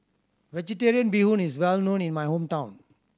Vegetarian Bee Hoon is well known in my hometown